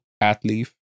athlete